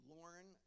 Lauren